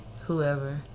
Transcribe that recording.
whoever